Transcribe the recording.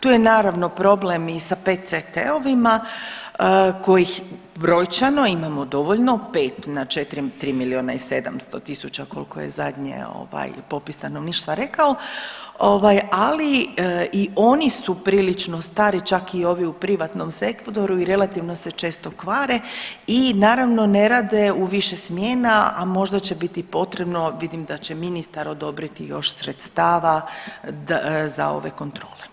Tu je naravno problem i sa PCT-ovima kojih brojčano imamo dovoljno 5 na 3 milijuna i 700 tisuća koliko je zadnje ovaj popis stanovništva rekao, ovaj ali i oni su prilično stari, čak i ovi u privatnom sektoru i relativno se često kvare i naravno ne rade u više smjena, a možda će biti potrebno, vidim da će ministar odobriti još sredstava za ove kontrole.